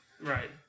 Right